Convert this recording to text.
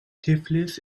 tiflis